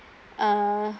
uh